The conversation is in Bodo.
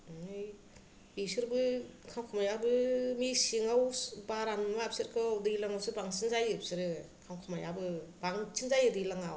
ओमफ्राय बेसोरबो खांखमायाबो मेसेङाव बारा नङा बिसोरखौ दैलाङावसो बांसिन जायो बिसोरो खांखमायाबो बांसिन जायो दैलाङाव